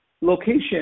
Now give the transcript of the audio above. location